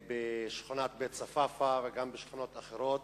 בשכונת בית-צפאפא וגם בשכונות אחרות,